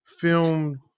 film